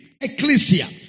Ecclesia